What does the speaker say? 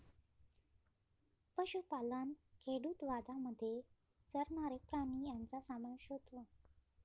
पशुपालन खेडूतवादामध्ये चरणारे प्राणी यांचा समावेश होतो